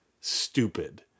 stupid